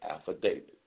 Affidavit